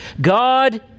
God